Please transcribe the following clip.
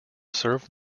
serve